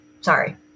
Sorry